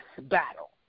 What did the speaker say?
battle